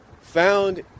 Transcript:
found